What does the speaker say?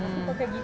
mm